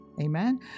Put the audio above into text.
Amen